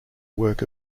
work